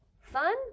fun